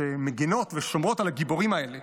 שמגינות ושומרות על הגיבורים האלה.